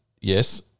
Yes